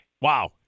Wow